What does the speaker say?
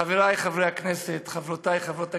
חברי חברי הכנסת, חברותי חברות הכנסת,